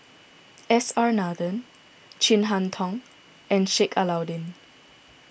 S R Nathan Chin Harn Tong and Sheik Alau'ddin